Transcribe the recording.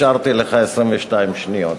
השארתי לך 22 שניות.